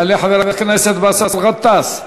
יעלה חבר הכנסת באסל גטאס,